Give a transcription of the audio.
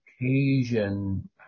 occasion